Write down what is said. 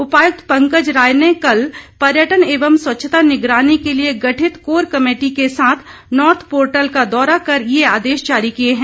उपायुक्त पंकज राय ने कल पर्यटन एवं स्वच्छता निगरानी के लिए गठित कोर कमेटी के साथ नोर्थ पोर्टल का दौरा कर आदेश जारी किए है